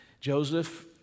Joseph